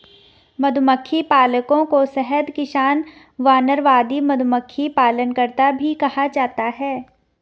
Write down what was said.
मधुमक्खी पालकों को शहद किसान, वानरवादी, मधुमक्खी पालनकर्ता भी कहा जाता है